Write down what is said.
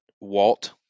Walt